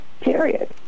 Period